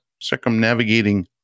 circumnavigating